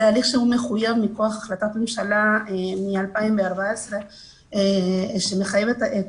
זה הליך שהוא מחויב מכוח החלטת ממשלה מ-2014 שמחייבת את